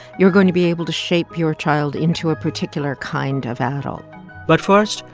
you're going to be able to shape your child into a particular kind of adult but first,